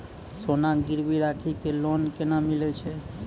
सोना गिरवी राखी कऽ लोन केना मिलै छै?